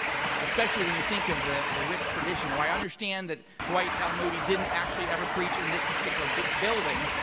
especially when you think of the the rich tradition. now, i understand that dwight l. moody didn't actually ever preach in this particular ah building,